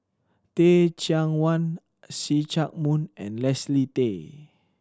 Teh Cheang Wan See Chak Mun and Leslie Tay